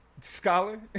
scholar